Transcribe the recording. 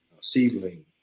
seedling